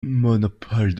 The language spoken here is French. monopole